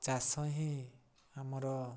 ଚାଷ ହିଁ ଆମର